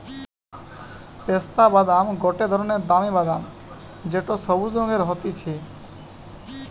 পেস্তা বাদাম গটে ধরণের দামি বাদাম যেটো সবুজ রঙের হতিছে